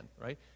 right